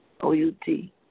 O-U-T